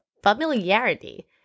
Familiarity